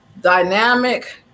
dynamic